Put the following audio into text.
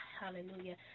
Hallelujah